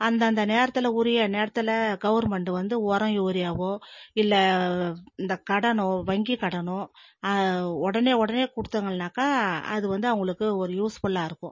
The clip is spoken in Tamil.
அந்தந்த நேரத்தில் உரிய நேரத்தில் கவர்மென்ட் வந்து உரம் யூரியாவோ இல்லை இந்த கடனோ வங்கி கடனோ உடனே உடனே குடுத்தார்கள்னாக்கா அது வந்து அவங்களுக்கு ஒரு யூஸ்ஃபுல்லாக இருக்கும்